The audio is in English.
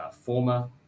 former